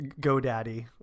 GoDaddy